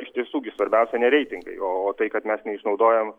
iš tiesų gi svarbiausia ne reitingai o tai kad mes neišnaudojam